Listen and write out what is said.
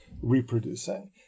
reproducing